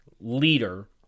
leader